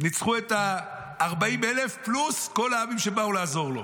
ניצחו את ה-40,000, פלוס כל העמים שבאו לעזור לו.